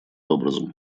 образом